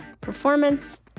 Performance